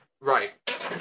Right